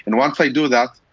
and once i do that,